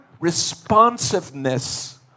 Responsiveness